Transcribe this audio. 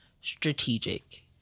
strategic